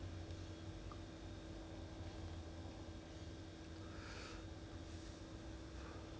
ya so after that 他只是讲 oh I alone in Singapore now you know oh oh okay okay err ya